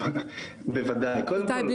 עכשיו אני אגיד משפט על המחירים,